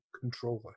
controller